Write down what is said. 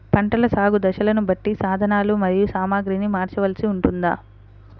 పంటల సాగు దశలను బట్టి సాధనలు మరియు సామాగ్రిని మార్చవలసి ఉంటుందా?